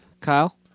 kyle